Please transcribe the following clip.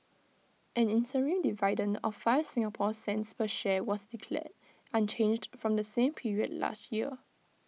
an interim dividend of five Singapore cents per share was declared unchanged from the same period last year